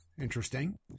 Interesting